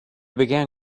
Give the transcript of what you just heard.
begin